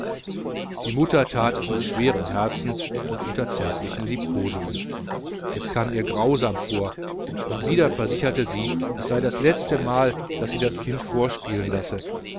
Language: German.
die mutter tat es mit schwerem herzen und unter zärtlichen liebkosungen es kam ihr grausam vor und wieder versicherte sie es sei das letzte mal daß sie das kind vorspielen lasse